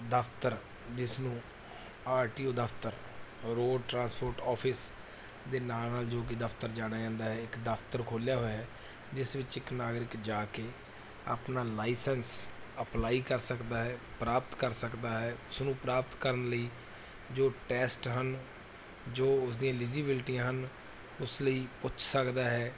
ਦਫਤਰ ਜਿਸ ਨੂੰ ਆਰ ਟੀ ਓ ਦਫ਼ਤਰ ਰੋਡ ਟਰਾਂਸਪੋਰਟ ਆਫਿਸ ਦੇ ਨਾਂ ਨਾਲ ਜੋ ਕਿ ਦਫ਼ਤਰ ਜਾਣਿਆ ਜਾਂਦਾ ਹੈ ਇੱਕ ਦਫ਼ਤਰ ਖੋਲਿਆ ਹੋਇਆ ਹੈ ਜਿਸ ਵਿੱਚ ਇੱਕ ਨਾਗਰਿਕ ਜਾ ਕੇ ਆਪਣਾ ਲਾਈਸੈਂਸ ਅਪਲਾਈ ਕਰ ਸਕਦਾ ਹੈ ਪ੍ਰਾਪਤ ਕਰ ਸਕਦਾ ਹੈ ਉਸਨੂੰ ਪ੍ਰਾਪਤ ਕਰਨ ਲਈ ਜੋ ਟੈਸਟ ਹਨ ਜੋ ਉਸਦੀ ਐਲੀਜੀਬਿਲਟੀਆਂ ਹਨ ਉਸ ਲਈ ਪੁੱਛ ਸਕਦਾ ਹੈ